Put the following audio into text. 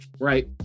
right